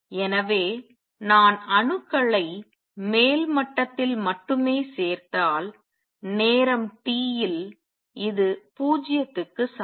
எனவே நான் அணுக்களை மேல் மட்டத்தில் மட்டுமே சேர்த்தால் நேரம் tல் இது 0 க்கு சமம்